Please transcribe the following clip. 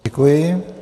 Děkuji.